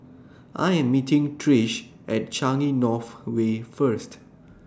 I Am meeting Trish At Changi North Way First